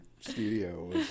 studio